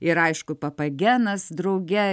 ir aišku papagenas drauge